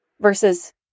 versus